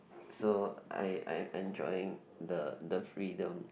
so I I'm enjoying the the freedom